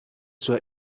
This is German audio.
zur